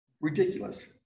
Ridiculous